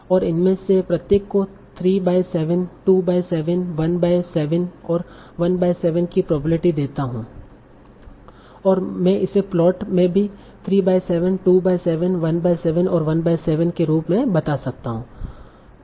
और मैं इनमें से प्रत्येक को 3 बाय 7 2 बाय 7 1 बाय 7 और 1 बाय 7 की प्रोबेबिलिटी देता हूं और में इसे प्लोट में भी 3 बाय 7 2 बाय 7 1 बाय 7 और 1 बाय 7 के रूप में बता सकता हूं